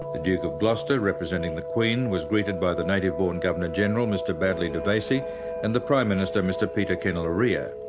the duke of gloucester, representing the queen, was greeted by the native-born governor-general, mr baddeley devesi and the prime minister, mr peter kenilorea.